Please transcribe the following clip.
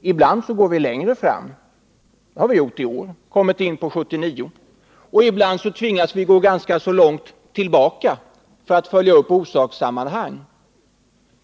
Ibland går vi längre fram — det har vi gjort i år när vi har kommit in på 1979 — och ibland tvingas vi gå ganska långt tillbaka för att följa orsakssammanhang.